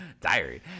Diary